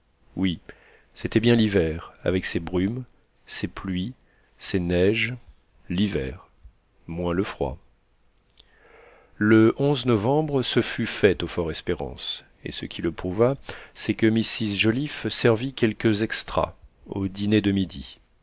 oui c'était bien l'hiver avec ses brumes ses pluies ses neiges l'hiver moins le froid le novembre ce fut fête au fort espérance et ce qui le prouva c'est que mrs joliffe servit quelques extra au dîner de midi